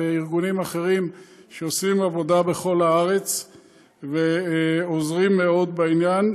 וארגונים אחרים שעושים עבודה בכל הארץ ועוזרים מאוד בעניין.